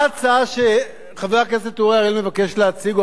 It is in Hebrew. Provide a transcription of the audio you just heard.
מה ההצעה שחבר הכנסת אורי אריאל מבקש להציג,